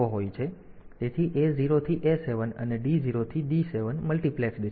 તેથી A 0 થી A 7 અને D 0 થી D 7 મલ્ટીપ્લેક્સ્ડ છે